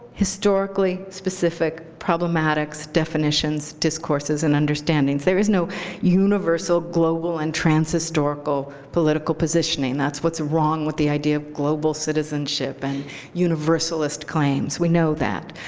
historically specific, problematics, definitions, discourses, and understandings. there is no universal global and trans-historical political positioning. that's what's wrong with the idea of global citizenship and universalist claims. we know that.